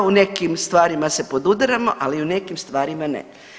U nekim stvarima se podudaramo, ali u nekim stvarima ne.